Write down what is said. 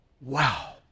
wow